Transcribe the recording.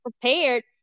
prepared